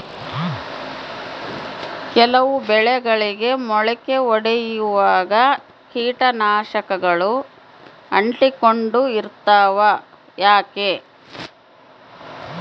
ಕೆಲವು ಬೆಳೆಗಳಿಗೆ ಮೊಳಕೆ ಒಡಿಯುವಾಗ ಕೇಟನಾಶಕಗಳು ಅಂಟಿಕೊಂಡು ಇರ್ತವ ಯಾಕೆ?